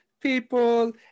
people